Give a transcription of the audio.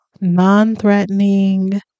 non-threatening